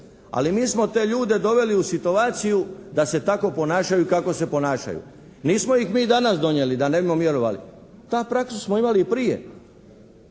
Ali mi smo te ljude doveli u situaciju da se tako ponašaju kako se ponašaju. Nismo ih mi danas donijeli da ne bi vjerovali. Tu praksu smo imali i prije,